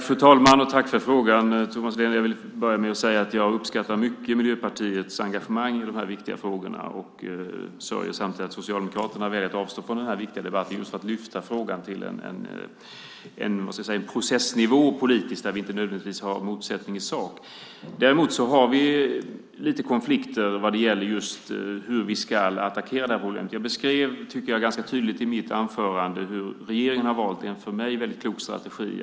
Fru talman! Tack för frågan, Thomas Nihlén! Jag vill börja med att säga att jag uppskattar Miljöpartiets engagemang i de här viktiga frågorna mycket, och jag sörjer samtidigt att Socialdemokraterna väljer att avstå från den här viktiga debatten och att lyfta frågan till en processnivå politiskt sett, där vi inte nödvändigtvis har en motsättning i sak. Däremot har vi lite konflikter när det gäller hur vi ska attackera det här problemet. Jag beskrev, tycker jag, ganska tydligt i mitt anförande hur regeringen har valt en i mitt tycke väldigt klok strategi.